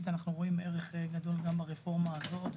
אנחנו רואים ערך גדול גם ברפורמה הזאת.